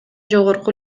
жогорку